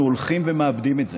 אנחנו הולכים ומאבדים את זה.